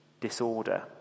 disorder